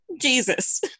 jesus